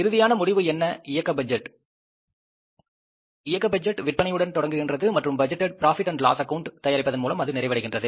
இறுதியான முடிவு என்ன இயக்க பட்ஜெட் விற்பனையுடன் தொடங்குகின்றது மற்றும் budgeted profit and loss account தயாரிப்பதன் மூலம் அது நிறைவடைகின்றது